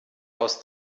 aus